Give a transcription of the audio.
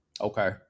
Okay